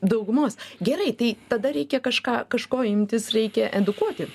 daugumos gerai tai tada reikia kažką kažko imtis reikia edukuoti